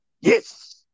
Yes